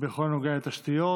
בכל הנוגע לתשתיות,